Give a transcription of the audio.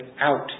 out